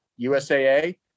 USAA